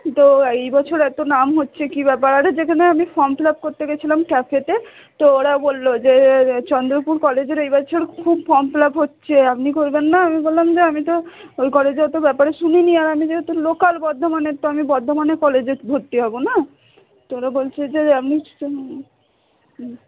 তো এই বছর এত নাম হচ্ছে কী ব্যাপার আরে যেখানে আমি ফর্ম ফিল আপ করতে গেছিলাম ক্যাফেতে তো ওরা বললো যে চন্দ্রপুর কলেজের এইবছর খুব ফর্ম ফিল আপ হচ্ছে আপনি করবেন না আমি বললাম যে আমি তো ওই কলেজের অত ব্যাপারে শুনিনি আর আমি যেহেতু লোকাল বর্ধমানের তো আমি বর্ধমানের কলেজে ভর্তি হব না তো ওরা বলছে যে আপনি হুম